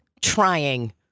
trying